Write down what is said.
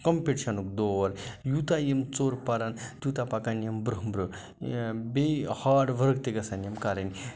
کَمپِٹِشَنُک دور یوٗتاہ یِم ژوٚر پَرَن تیوٗتاہ پَکَن یِم برٛونٛہہ برٛونٛہہ بیٚیہِ ہاڈ ؤرٕک تہِ گژھن یِم کَرٕنۍ